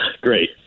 Great